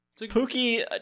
Pookie